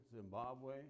Zimbabwe